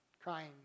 crying